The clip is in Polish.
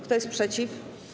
Kto jest przeciw?